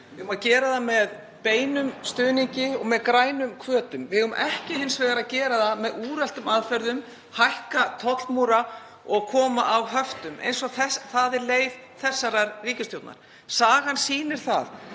Við eigum að gera það með beinum stuðningi og með grænum hvötum. Við eigum hins vegar ekki að gera það með úreltum aðferðum; hækka tollmúra og koma á höftum. En það er leið þessarar ríkisstjórnar. Sagan sýnir að